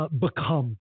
Become